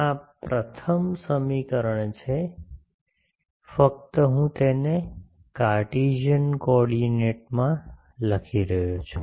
આ પ્રથમ સમીકરણનું છે ફક્ત હું તેને કાર્ટેશિયન કોઓર્ડિનેટમાં લખી રહ્યો છું